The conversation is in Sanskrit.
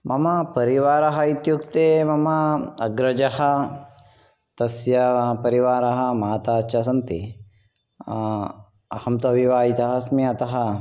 मम परिवारः इत्युक्ते मम अग्रजः तस्य परिवारः माता च सन्ति अहं तु अविवाहितः अस्मि अतः